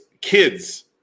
kids